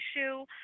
issue